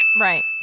Right